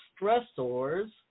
stressors